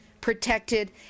protected